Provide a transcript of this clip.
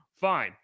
fine